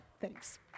thanks